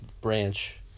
branch